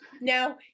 now